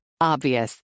Obvious